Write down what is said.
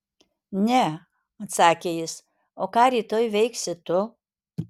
ne atsakė jis o ką rytoj veiksi tu